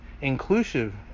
Inclusive